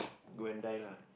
go and die lah